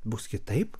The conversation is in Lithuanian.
bus kitaip